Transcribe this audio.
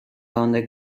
donde